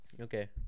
Okay